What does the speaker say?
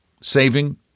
saving